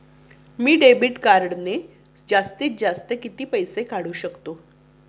मी debit कार्डने जास्तीत जास्त किती पैसे काढू शकतो?